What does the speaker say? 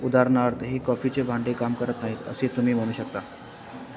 उदाहरणार्थ ही कॉफीचे भांडे काम करत आहे असे तुम्ही म्हणू शकता